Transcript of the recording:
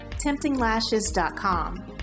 temptinglashes.com